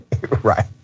right